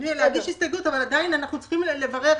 אבל עדיין אנחנו צריכים לברר.